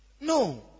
No